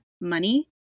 money